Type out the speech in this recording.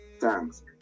thanks